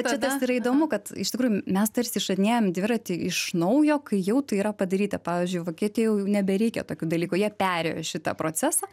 čia tas yra įdomu kad iš tikrųjų mes tarsi išradinėjam dviratį iš naujo kai jau tai yra padaryta pavyzdžiui vokietijoj jau nebereikia tokių dalykų jie perėjo šitą procesą